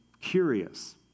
curious